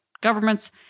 governments